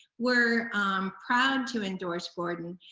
we're proud to endorse gordon.